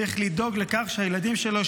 צריך לדאוג לכך שהילדים שלו,